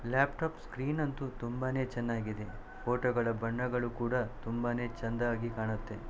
laptop screen ಅಂತೂ ತುಂಬಾನೆ ಚೆನ್ನಾಗಿದೆ ಫೋಟೋಗಳ ಬಣ್ಣಗಳು ಕೂಡ ತುಂಬಾನೆ ಚಂದವಾಗಿ ಕಾಣತ್ತೆ